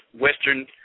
Western